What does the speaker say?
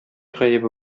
гаебе